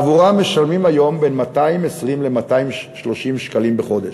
שעבורם משלמים היום בין 220 ל-230 שקלים בחודש.